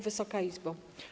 Wysoka Izbo!